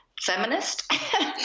feminist